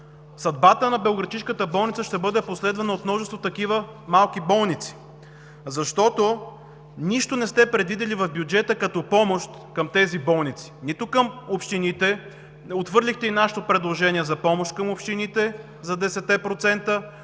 Съдбата на белоградчишката болница ще бъде последвана от множество такива малки болници, защото нищо не сте предвидили в бюджета като помощ към тях – нито към общините, отхвърлихте и нашето предложение за помощ към общините за